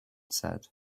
said